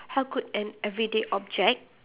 how could an everyday object